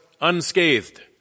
unscathed